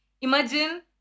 Imagine